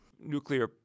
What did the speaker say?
Nuclear